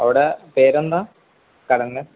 അവിടെ പേരെന്താണ് കടയുടെ